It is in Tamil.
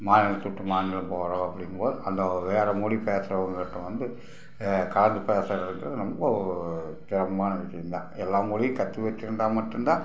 மாநிலத்துட்டு மாநிலம் போகிறோம் அப்படிங்கும்போது அந்த ஒரு வேறு மொழி பேசுகிறவங்ககிட்ட வந்து பேசுறதுக்கு ரொம்ப சிரமமான விஷயந்தான் எல்லா மொழியும் கற்று வச்சு இருந்தால் மட்டுந்தான்